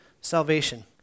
salvation